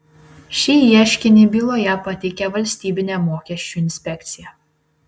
šį ieškinį byloje pateikė valstybinė mokesčių inspekcija